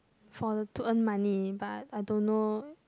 for the to earn money but I don't know